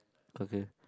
okay